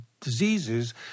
diseases